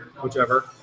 whichever